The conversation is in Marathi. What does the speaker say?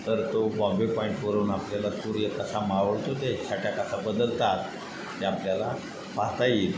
तर तो बॉम्बे पॉईंटवरून आपल्याला सूर्य कसा मावळतो ते छाटा कसा बदलतात ते आपल्याला पाहता येईल